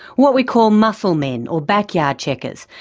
what we call musclemen or backyard checkers.